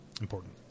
Important